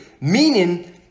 meaning